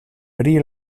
pri